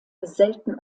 selten